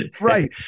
Right